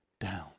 down